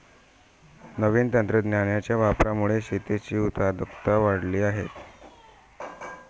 नवीन तंत्रज्ञानाच्या वापरामुळे शेतीची उत्पादकता वाढली आहे